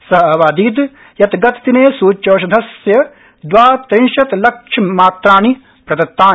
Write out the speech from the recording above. स अवादीत् यत् गतदिने सूच्यौषधस्य द्वाविंशत् लक्षं मात्राणि प्रदत्तानि